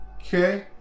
okay